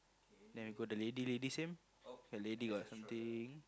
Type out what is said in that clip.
then go the lady lady same the lady got something